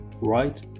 right